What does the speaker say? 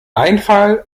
einfall